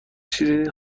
چیزی